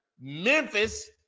Memphis